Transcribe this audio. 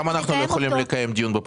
למה אנחנו לא יכולים לקיים דיון בוועדה?